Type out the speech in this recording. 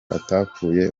atapfuye